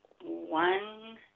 one